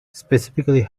specifically